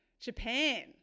Japan